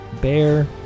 bear